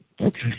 Okay